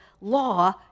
law